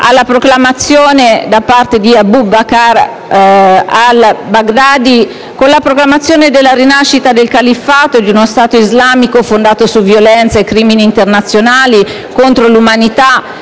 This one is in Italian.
alla proclamazione, da parte di Abu Bakr al-Baghdadi, della rinascita del califfato e di uno Stato islamico fondato su violenza e crimini internazionali contro l'umanità,